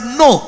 no